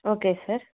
okay sir